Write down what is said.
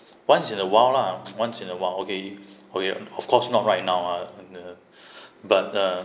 once in a while lah once in a while okay oh ya of course not right now ah uh but uh